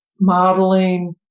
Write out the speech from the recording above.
modeling